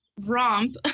romp